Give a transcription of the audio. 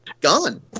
gone